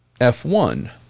F1